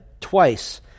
twice